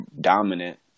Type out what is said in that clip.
dominant